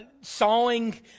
sawing